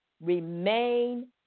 Remain